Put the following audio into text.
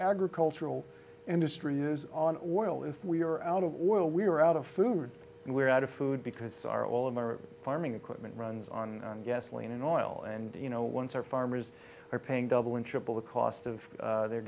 agricultural industry is on or oil if we are out of oil we're out of food and we're out of food because our all of our farming equipment runs on gasoline and oil and you know once our farmers are paying double and triple the cost of their